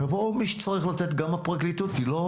יבוא מי שצריך לתת, גם הפרקליטות היא לא